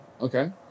Okay